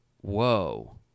whoa